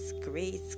Grace